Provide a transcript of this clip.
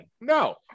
No